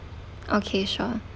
okay sure